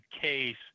case